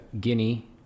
Guinea